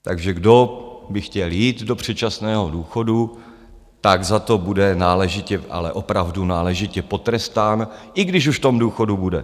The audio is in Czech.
Takže kdo by chtěl jít do předčasného důchodu, tak za to bude náležitě, ale opravdu náležitě potrestán, i když už v tom důchodu bude.